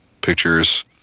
pictures